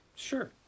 Sure